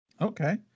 Okay